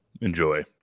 Enjoy